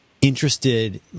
interested